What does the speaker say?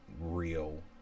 real